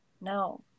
no